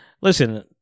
listen